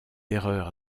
erreur